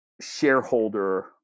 shareholder